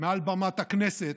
מעל במת הכנסת,